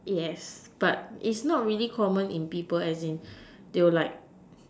yes but is not really common in people as in they will like